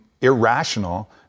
irrational